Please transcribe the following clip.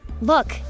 Look